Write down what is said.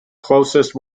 closest